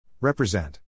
Represent